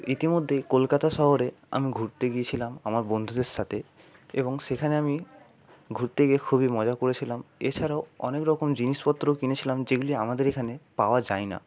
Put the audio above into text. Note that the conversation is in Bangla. ইতিমধ্যেই কলকাতা শহরে আমি ঘুরতে গিয়েছিলাম আমার বন্ধুদের সাথে এবং সেখানে আমি ঘুরতে গিয়ে খুবই মজা করেছিলাম এছাড়াও অনেকরকম জিনিসপত্র কিনেছিলাম যেগুলি আমাদের এখানে পাওয়া যায় না